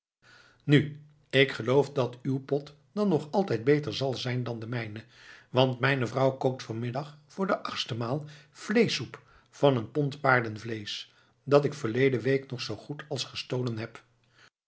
nu ik geloof dat uw pot dan nog altijd beter zal zijn dan de mijne want mijne vrouw kookt vanmiddag voor de achtste maal vleeschsoep van een pond paardenvleesch dat ik verleden week nog zoo goed als gestolen heb